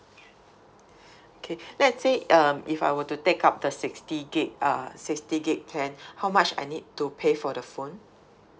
okay let's say um if I were to take up the sixty gigabyte uh sixty gigabyte plan how much I need to pay for the phone